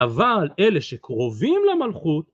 אבל אלה שקרובים למלכות